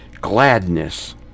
gladness